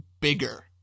bigger